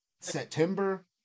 September